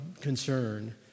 concern